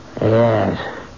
Yes